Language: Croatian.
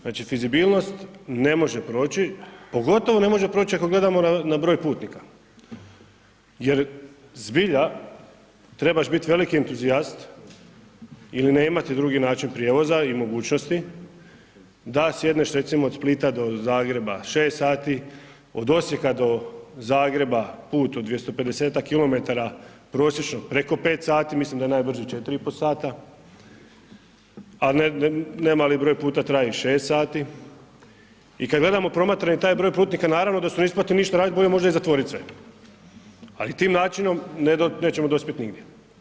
Znači fizibilnost ne može proći, pogotovo ne može proći ako gledamo na broj putnika jer zbilja trebaš biti veliki entuzijast ili ne imati drugi način prijevoza i mogućnosti da sjedneš, recimo, od Splita do Zagreba 6 sati, od Osijeka do Zagreba, put od 250-tak km prosječno preko 5 sati, mislim da je najbrže 4,5 sata, a nemali broj puta traje i 6 sati i kad gledamo promatrani taj broj putnika, naravno da se ne plati ništa radit, bolje možda i zatvorit sve, ali tim načinom nećemo dospjet nigdje.